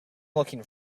looking